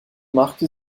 machte